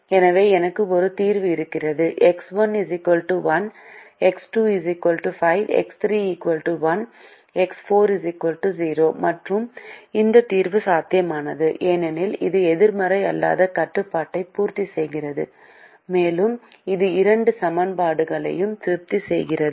எனவே எனக்கு ஒரு தீர்வு இருக்கிறது எக்ஸ் 1 0 எக்ஸ் 2 5 எக்ஸ் 3 1 எக்ஸ் 4 0 மற்றும் இந்த தீர்வு சாத்தியமானது ஏனெனில் இது எதிர்மறை அல்லாத கட்டுப்பாட்டை பூர்த்தி செய்கிறது மேலும் இது இரண்டு சமன்பாடுகளையும் திருப்தி செய்கிறது